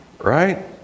Right